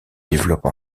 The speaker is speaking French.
développe